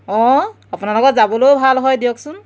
অঁ আপোনাৰ লগত যাবলৈও ভাল হয় দিয়কচোন